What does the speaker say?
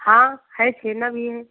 हाँ है छेना भी है